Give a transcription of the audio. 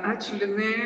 ačiū linai